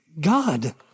God